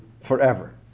forever